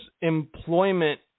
employment